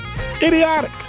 Idiotic